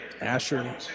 Asher